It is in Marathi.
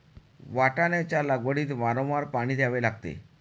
वाटाण्याच्या लागवडीत वारंवार पाणी द्यावे लागते